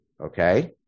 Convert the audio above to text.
okay